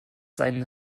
seinen